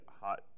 hot